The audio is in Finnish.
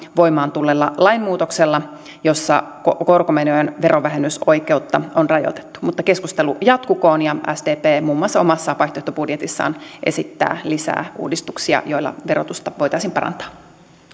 voimaan tulleella lainmuutoksella jossa korkomenojen verovähennysoikeutta on rajoitettu mutta keskustelu jatkukoon ja sdp muun muassa omassa vaihtoehtobudjetissaan esittää lisää uudistuksia joilla verotusta voitaisiin parantaa